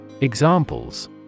Examples